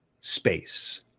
space